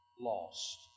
lost